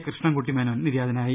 കൃഷ്ണൻകുട്ടി മേനോൻ നിര്യാത നായി